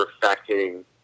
perfecting